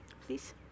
Please